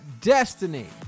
destiny